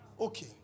Okay